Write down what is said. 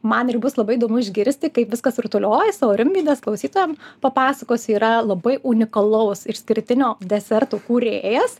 man ir bus labai įdomu išgirsti kaip viskas rutuliojasi o rimvydas klausytojam papasakos yra labai unikalaus išskirtinio deserto kūrėjas